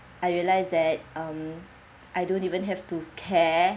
I realise that um I don't even have to care